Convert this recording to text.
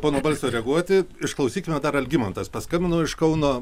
pono balsio reaguoti išklausykime dar algimantas paskambino iš kauno